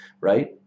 right